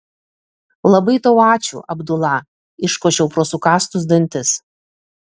labai tau ačiū abdula iškošiau pro sukąstus dantis